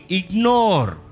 ignore